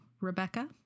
Rebecca